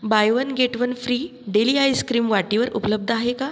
bye one get one free daily ice cream वाटीवर उपलब्ध आहे का